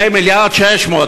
2.6 מיליארד.